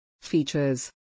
Features